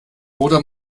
oder